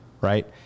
right